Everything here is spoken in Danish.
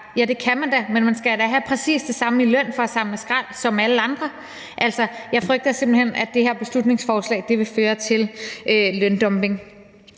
Jamen det kan man da, men man skal da have præcis det samme i løn for at samle skrald som alle andre. Jeg frygter simpelt hen, at det her beslutningsforslag vil føre til løndumping.